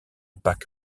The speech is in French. pack